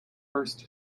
first